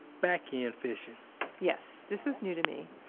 backend fishing yes. this was new to me